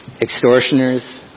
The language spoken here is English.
extortioners